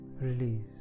release